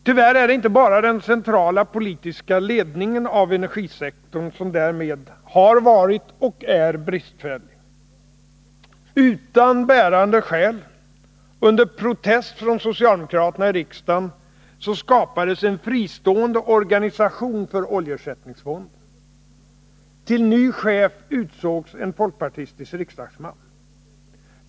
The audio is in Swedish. Tyvärr är det inte bara den centrala politiska ledningen av energisektorn som därmed har varit och är bristfällig. Utan bärande skäl, under protester från socialdemokraterna i riksdagen, skapades en fristående organisation för oljeersättningsfonden. Till ny chef utsågs en folkpartistisk riksdagsman.